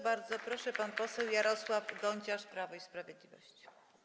Bardzo proszę, pan poseł Jarosław Gonciarz, Prawo i Sprawiedliwość.